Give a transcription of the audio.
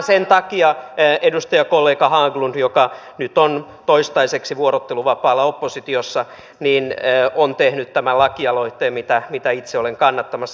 sen takia edustajakollega haglund joka nyt on toistaiseksi vuorotteluvapaalla oppositiossa on tehnyt tämän lakialoitteen mitä itse olen kannattamassa